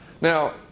Now